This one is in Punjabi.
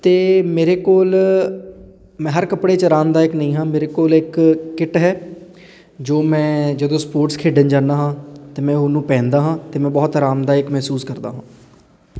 ਅਤੇ ਮੇਰੇ ਕੋਲ ਮੈਂ ਹਰ ਕੱਪੜੇ 'ਚ ਆਰਾਮਦਾਇਕ ਨਹੀਂ ਹਾਂ ਮੇਰੇ ਕੋਲ ਇੱਕ ਕਿੱਟ ਹੈ ਜੋ ਮੈਂ ਜਦੋਂ ਸਪੋਰਟਸ ਖੇਡਣ ਜਾਂਦਾ ਹਾਂ ਅਤੇ ਮੈਂ ਉਹਨੂੰ ਪਹਿਨਦਾ ਹਾਂ ਅਤੇ ਮੈਂ ਬਹੁਤ ਆਰਾਮਦਾਇਕ ਮਹਿਸੂਸ ਕਰਦਾ ਹਾਂ